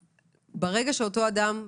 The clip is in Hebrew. ברגע שאותו אדם תיקן,